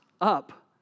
up